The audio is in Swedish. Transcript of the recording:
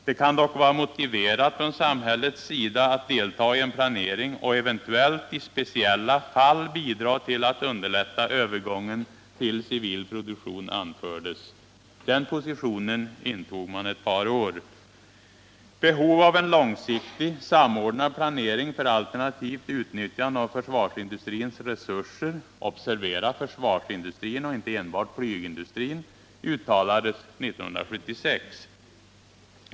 Det kan dock vara motiverat från samhällets sida att delta i en planering och eventuellt i speciella fall bidra till att underlätta övergången till civil produktion, anfördes. Den positionen intog man ett par år. Behov av en långsiktig, samordnad planering för alternativt utnyttjande av försvarsindustrins resurser — observera försvarsindustrins och inte enbart flygindustrins — uttalades 1976.